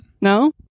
No